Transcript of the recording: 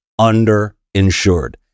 underinsured